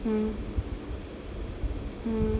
mm mm